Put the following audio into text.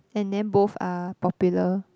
and then both are popular